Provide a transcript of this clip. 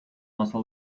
nossa